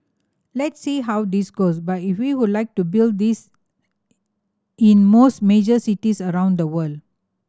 let's see how this goes but he we would like to build this in most major cities around the world